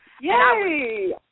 Yay